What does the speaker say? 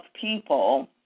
people